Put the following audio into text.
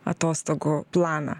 atostogų planą